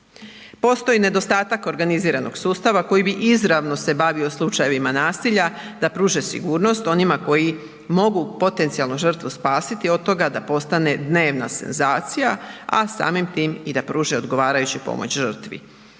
Postoji nedostatak organiziranog sustava koji bi izravno se bavio slučajevima nasilja da pruže sigurnost onima koji mogu potencijalno žrtvu spasiti od toga da postane dnevna senzacija, a samim tim i da pruže odgovarajuću pomoć žrtvi.